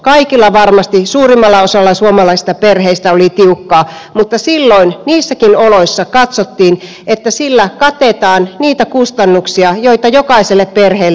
kaikilla varmasti suurimmalla osalla suomalaisista perheistä oli tiukkaa mutta silloin niissäkin oloissa katsottiin että sillä katetaan niitä kustannuksia joita jokaiselle perheelle syntyy